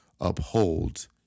upholds